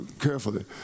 Carefully